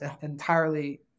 entirely